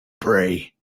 pray